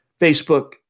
Facebook